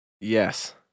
Yes